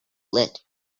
lit